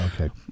Okay